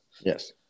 Yes